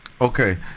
Okay